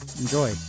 Enjoy